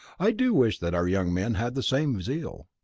i do wish that our young men had the same zeal.